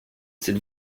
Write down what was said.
s’il